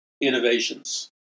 innovations